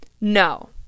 No